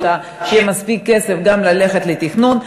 שיהיה מספיק כסף גם ללכת לתכנון.